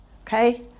okay